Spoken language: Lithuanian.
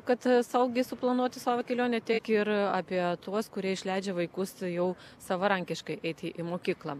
kad saugiai suplanuoti savo kelionę tiek ir apie tuos kurie išleidžia vaikus jau savarankiškai eiti į mokyklą